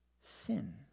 sin